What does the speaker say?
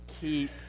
keep